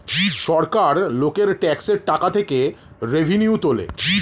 সরকার লোকের ট্যাক্সের টাকা থেকে রেভিনিউ তোলে